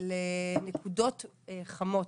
ולנקודות חמות,